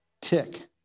tick